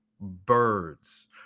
birds